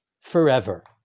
forever